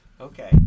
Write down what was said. Okay